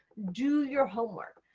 do your homework.